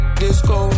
disco